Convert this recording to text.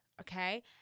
Okay